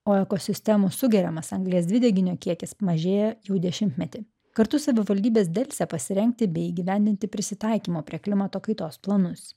o ekosistemos sugeriamas anglies dvideginio kiekis mažėja jau dešimtmetį kartu savivaldybės delsia pasirengti bei įgyvendinti prisitaikymo prie klimato kaitos planus